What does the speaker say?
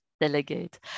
delegate